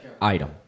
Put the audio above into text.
item